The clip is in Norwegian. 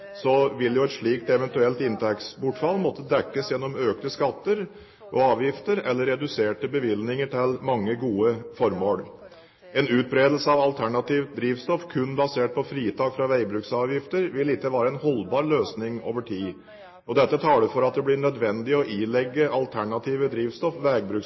eller reduserte bevilgninger til mange gode formål. En utbredelse av alternative drivstoff kun basert på fritak fra veibruksavgifter vil ikke være en holdbar løsning over tid. Dette taler for at det blir nødvendig å ilegge alternative drivstoff